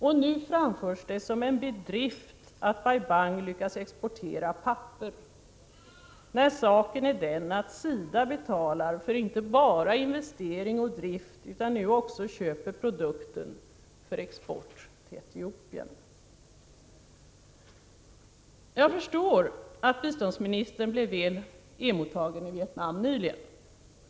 Och nu framförs det som en bedrift att Bai Bang lyckats exportera papper, när saken är den att SIDA inte bara betalar för investering och drift utan nu också köper produkten för ”export” till Etiopien. Jag förstår att biståndsministern blev väl emottagen i Vietnam nyligen!